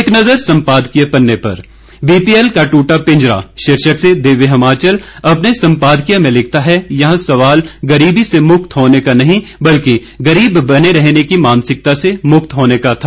एक नज़र सम्पादकीय पन्ने पर बीपीएल का दूटा पिंजरा शीर्षक से दिव्य हिमाचल अपने संपादकीय में लिखता है यहां सवाल गरीबी से मुक्त होने का नहीं बल्कि गरीब बने रहने की मानसिकता से मुक्त होने का था